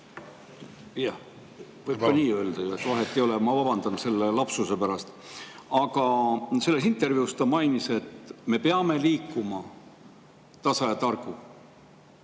Jah, võib ka nii öelda, vahet ei ole. Ma vabandan selle lapsuse pärast. Aga selles intervjuus ta mainis, et me peame liikuma tasa ja targu.